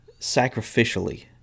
sacrificially